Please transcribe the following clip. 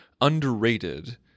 underrated